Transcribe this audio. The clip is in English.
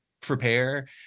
prepare